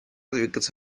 двигаться